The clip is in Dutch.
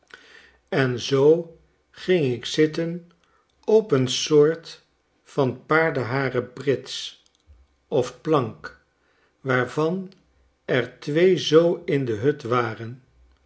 en zoo ging ik zitten op een soort van paardenharen brits of plank waarvan er twee zoo in de hut waren